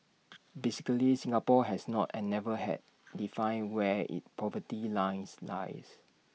basically Singapore has not and never had defined where its poverty line lies